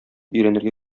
өйрәнергә